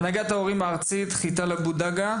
הנהגת ההורים הארצית, רויטל אבו דגה.